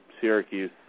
Syracuse